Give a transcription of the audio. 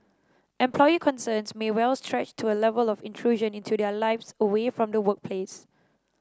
employee concerns may well stretch to A Level of intrusion into their lives away from the workplace